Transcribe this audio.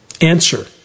Answer